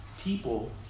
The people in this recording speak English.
people